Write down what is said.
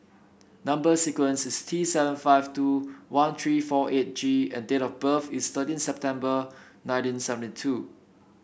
number sequence is T seven five two one three four eight G and date of birth is thirteen September nineteen seventy two